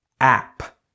app